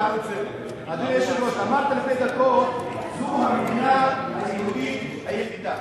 אמרת לפני כמה דקות שזו המדינה היהודית היחידה.